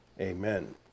Amen